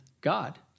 God